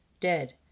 dead